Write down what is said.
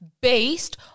based